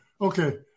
Okay